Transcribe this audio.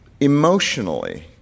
Emotionally